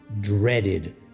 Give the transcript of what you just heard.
dreaded